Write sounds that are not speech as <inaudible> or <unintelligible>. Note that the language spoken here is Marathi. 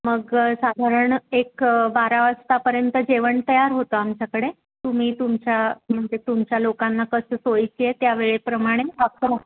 मग साधारण एक बारा वाजतापर्यंत जेवण तयार होतं आमच्याकडे तुम्ही तुमच्या म्हणजे तुमच्या लोकांना कसं सोयीची आहे त्या वेळेप्रमाणे <unintelligible>